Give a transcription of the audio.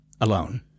alone